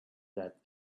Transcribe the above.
that